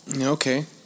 Okay